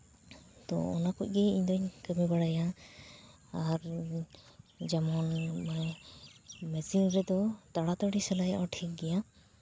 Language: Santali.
ᱛᱳ ᱚᱱᱟ ᱠᱚ ᱜᱮ ᱤᱧᱫᱩᱧ ᱠᱟᱹᱢᱤ ᱵᱟᱲᱟᱭᱟ ᱟᱨ ᱡᱮᱢᱚᱱ ᱢᱟᱱᱮ ᱢᱮᱥᱤᱱ ᱨᱮᱫᱚ ᱛᱟᱲᱟᱛᱟᱲᱤ ᱥᱮᱞᱟᱭᱚᱜᱼᱟ ᱴᱷᱤᱠ ᱜᱮᱭᱟ